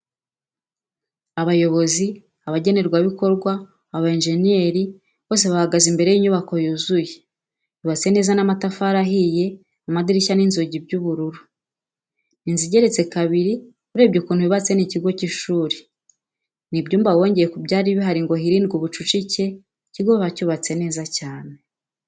Abayobozi, abagenerwabikorwa, abayenjeniyeri, bose bahagaze imbere y'inyubako yuzuye, yubatse neza n'amatafari ahiye. Amadirishya n'inzugi by'ubururu. Ni inzu igeretse kabiri urebye ukuntu yubatse, ni ikigo cy'ishuri. Ni ibyumba bongeye ku byari bihari ngo hirindwe ubucucike, ikigo bacyubatse neza yane.